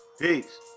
Peace